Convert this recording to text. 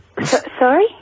sorry